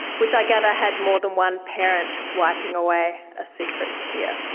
which i gather had more than one parent wiping away a secret tear.